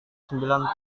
sembilan